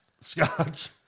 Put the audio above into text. Scotch